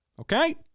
Okay